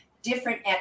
different